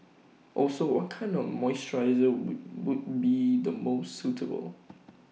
also what kind of moisturiser would would be the most suitable